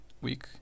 week